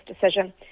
decision